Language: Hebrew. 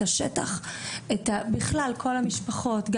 שבהן אנחנו חווים את השטח ובכלל את כל המשפחות גם